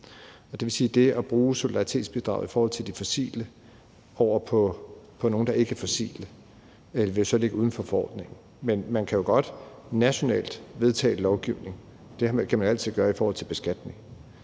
at det at bruge solidaritetsbidraget i forhold til nogle selskaber, der ikke er fossile, vil ligge uden for forordningen. Men man kan jo altid godt nationalt vedtage lovgivning i forhold til beskatning.